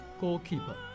goalkeeper